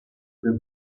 des